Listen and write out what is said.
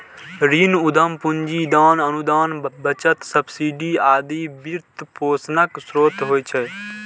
ऋण, उद्यम पूंजी, दान, अनुदान, बचत, सब्सिडी आदि वित्तपोषणक स्रोत होइ छै